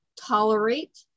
tolerate